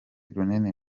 runini